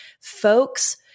Folks